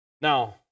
Now